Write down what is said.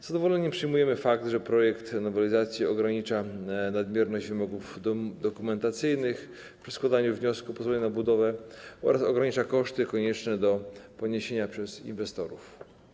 Z zadowoleniem przyjmujemy fakt, że projekt nowelizacji ogranicza nadmierność wymogów dokumentacyjnych przy składaniu wniosku o pozwolenie na budowę oraz ogranicza koszty konieczne do poniesienia przez inwestorów.